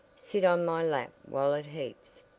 sit on my lap while it heats,